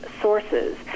sources